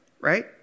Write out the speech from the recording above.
right